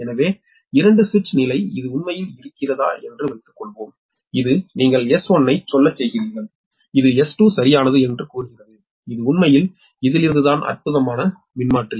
எனவே இரண்டு சுவிட்ச் நிலை இது உண்மையில் இருக்கிறதா என்று வைத்துக்கொள்வோம் இது நீங்கள் S1 ஐச் சொல்லச் செய்கிறீர்கள் இது S2 சரியானது என்று கூறுகிறது இது உண்மையில் இதிலிருந்து தான் அற்புதமான மின்மாற்றி